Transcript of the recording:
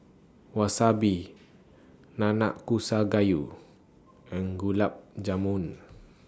Wasabi Nanakusa Gayu and Gulab Jamun